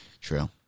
True